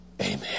amen